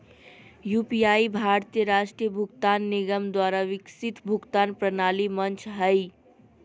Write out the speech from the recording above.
UPI भारतीय राष्ट्रीय भुगतान निगम द्वारा विकसित भुगतान प्रणाली मंच हइ